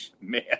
man